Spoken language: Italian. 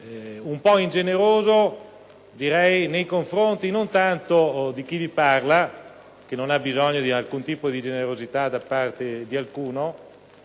un po' ingeneroso non tanto nei confronti di chi vi parla, che non ha bisogno di alcun tipo di generosità da parte di alcuno,